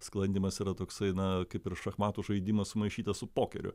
sklandymas yra toksai na kaip ir šachmatų žaidimas sumaišytas su pokeriu